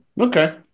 okay